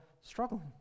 struggling